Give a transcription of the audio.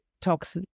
talks